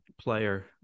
player